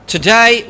Today